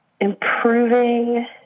improving